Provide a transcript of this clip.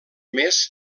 més